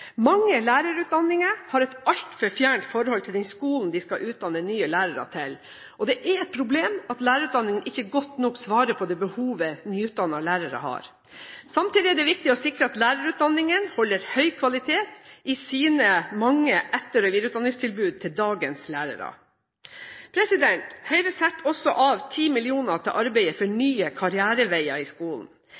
Mange lærerutdannere har et altfor fjernt forhold til den skolen de skal utdanne nye lærere til, og det er et problem at lærerutdanningene ikke godt nok svarer til det behovet nyutdannede lærere har. Samtidig er det viktig å sikre at lærerutdanningene holder høy kvalitet i sine mange etter- og videreutdanningstilbud til dagens lærere. Høyre setter også av 10 mill. kr til arbeidet for nye karriereveier i skolen.